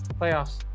Playoffs